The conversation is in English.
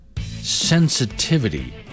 sensitivity